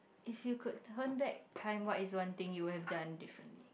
if you could turn back time what is one thing you would have done differently